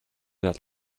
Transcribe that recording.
that